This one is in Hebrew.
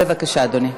בבקשה, אדוני.